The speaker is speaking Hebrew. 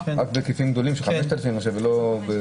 רק בהיקפים גדולים של 5,000 אני חושב --- אבל